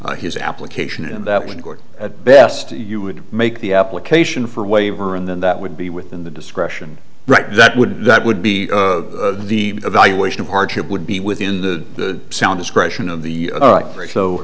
his application and that would at best you would make the application for a waiver and then that would be within the discretion right that would that would be the evaluation of hardship would be within the sound discretion of the